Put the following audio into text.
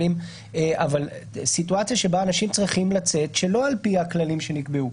אבל סיטואציה שבה אנשים צריכים לצאת שלא על פי הכללים שנקבעו.